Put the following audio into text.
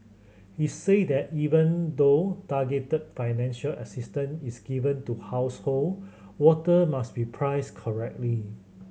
he said that even though targeted financial assistance is given to household water must be priced correctly